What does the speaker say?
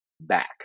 back